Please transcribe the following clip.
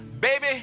baby